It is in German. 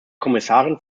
kommissarin